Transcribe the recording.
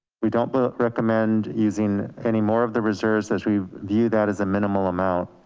we don't but recommend using any more of the reserves as we view that as a minimal amount.